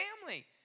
family